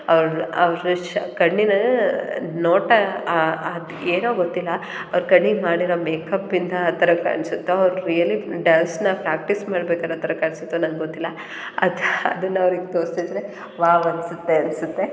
ಅವ್ರು ಅವರ ಚ ಕಣ್ಣಿನ ನೋಟ ಅದು ಏನೋ ಗೊತ್ತಿಲ್ಲ ಅವ್ರು ಕಣ್ಣಿಗೆ ಮಾಡಿರೋ ಮೇಕಪ್ಪಿಂದ ಆ ಥರ ಕಾಣಿಸುತ್ತೋ ಅವ್ರು ರಿಯಲಿ ಡ್ಯಾನ್ಸನ್ನ ಪ್ರಾಕ್ಟೀಸ್ ಮಾಡ್ಬೇಕಾರೆ ಆ ಥರ ಕಾಣಿಸುತ್ತೋ ನಂಗೆ ಗೊತ್ತಿಲ್ಲ ಅದು ಅದನ್ನು ಅವ್ರಿಗೆ ತೋರಿಸಿದ್ರೆ ವಾವ್ ಅನಿಸುತ್ತೆ ಅನಿಸುತ್ತೆ